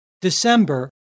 December